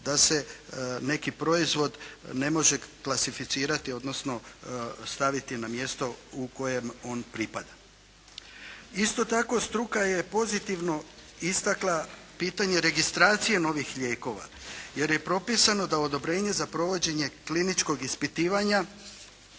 da se neki proizvod ne može klasificirati, odnosno staviti na mjesto u kojem on pripada. Isto tako struka je pozitivno istakla pitanje registracije novih lijekova jer je propisano da odobrenje provođenje kliničkog ispitivanja